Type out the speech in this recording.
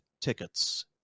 tickets